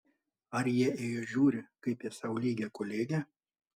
ar jie į jus žiūri kaip į sau lygią kolegę